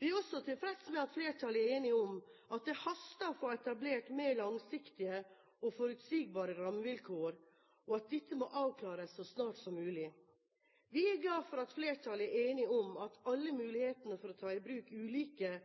Vi er også tilfreds med at flertallet er enig om at det haster å få etablert mer langsiktige og forutsigbare rammevilkår, og at dette må avklares så snart som mulig. Vi er glad for at flertallet er enig om at alle mulighetene for å ta i bruk ulike